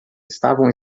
estavam